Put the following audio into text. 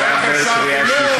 זו הבעיה שלך?